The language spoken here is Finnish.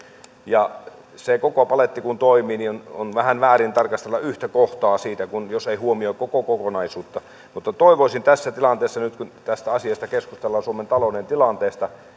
ja se koko paletti kun toimii on vähän väärin tarkastella yhtä kohtaa siitä jos ei huomioi koko kokonaisuutta mutta tässä tilanteessa nyt kun tästä asiasta suomen talouden tilanteesta